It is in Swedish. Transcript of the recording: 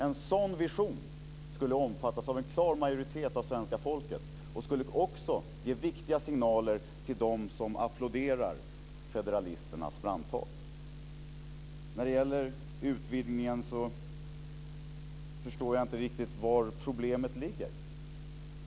En sådan vision skulle omfattas av en klar majoritet av svenska folket och skulle också ge viktiga signaler till dem som applåderar federalisternas brandtal. När det gäller utvidgningen förstår jag inte riktigt var problemet ligger.